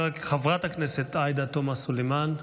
חברת הכנסת עאידה תומא סלימאן,